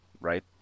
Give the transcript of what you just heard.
right